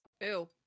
Ew